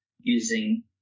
using